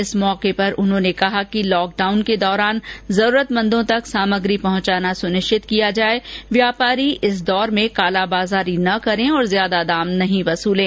इस अवसर पर उन्होंने कहा कि लॉक डाउन के दौरान जरूरतमंद तक सामग्री पहुंचाना सुनिश्चित करें व्यापारी इस दौर में कालाबाजारी न करें तथा ज्यादा दाम न वसूलें